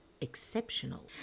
exceptional